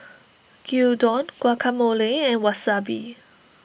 Gyudon Guacamole and Wasabi